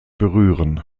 berühren